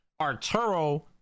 Arturo